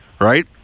right